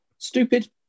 Stupid